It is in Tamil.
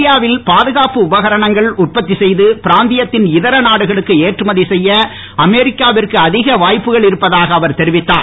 இந்தியாவில் பாதுகாப்பு உபகரணங்களை உற்பக்கி செய்கு பிராந்தியத்தின் இதர நாடுகளுக்கு ஏற்றுமதி செய்ய அமெரிக்காவிற்கு அதிக வாய்ப்புகள் இருப்பதாக அவர் தெரிவித்தார்